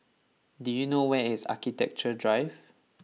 do you know where is Architecture Drive